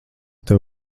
tev